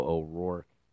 O'Rourke